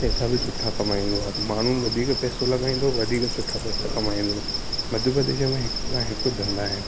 पेसा बि सुठा कमाईंदो माण्हू वधीक पेसो लॻाए ईंदो वधीक सुठा पेसा कमाईंदो मध्य प्रदेश में हिक खां हिकु धंधा आहिनि